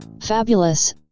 Fabulous